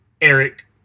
Eric